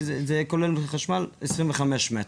זה כולל חשמל, 25 מ"ר.